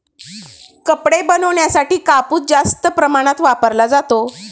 कपडे बनवण्यासाठी कापूस जास्त प्रमाणात वापरला जातो